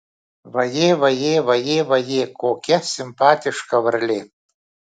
vajė vajė vajė vajė kokia simpatiška varlė